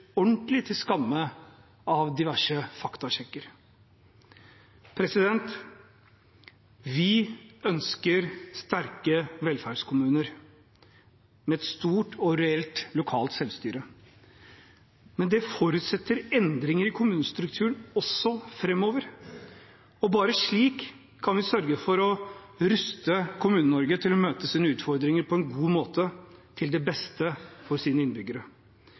ordentlig til skamme av diverse faktasjekker. Vi ønsker sterke velferdskommuner med et stort og reelt lokalt selvstyre. Men det forutsetter endringer i kommunestrukturen også framover, og bare slik kan vi sørge for å ruste Kommune-Norge til å møte sine utfordringer på en god måte til beste for sine innbyggere.